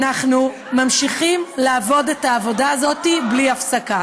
אנחנו ממשיכים לעבוד את העבודה הזאת בלי הפסקה.